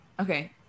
Okay